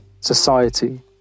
society